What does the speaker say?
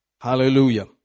Hallelujah